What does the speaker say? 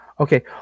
Okay